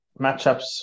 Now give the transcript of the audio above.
Matchups